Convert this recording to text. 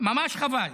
ממש חבל.